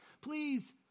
please